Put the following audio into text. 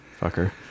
Fucker